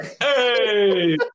Hey